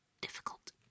difficult